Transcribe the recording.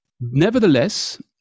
nevertheless